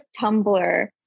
Tumblr